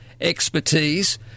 expertise